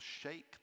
shake